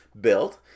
built